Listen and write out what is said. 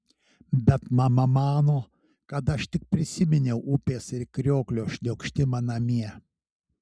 bet mama mano kad aš tik prisiminiau upės ir krioklio šniokštimą namie